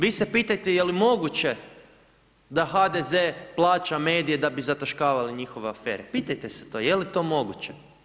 Vi se pitajte jel moguće da HDZ plaća medije, da bi zataškavali njihove afere, pitajte se to, je li je to moguće.